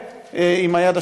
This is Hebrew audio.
נא לסיים.